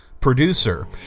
producer